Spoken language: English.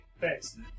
Thanks